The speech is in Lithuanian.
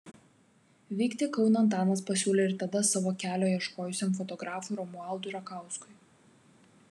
vykti į kauną antanas pasiūlė ir tada savo kelio ieškojusiam fotografui romualdui rakauskui